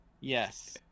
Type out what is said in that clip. Yes